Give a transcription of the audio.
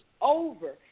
over